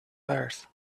earth